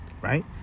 right